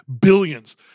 billions